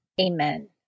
Amen